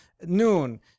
noon